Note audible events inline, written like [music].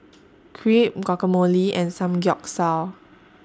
[noise] Crepe Guacamole and Samgyeopsal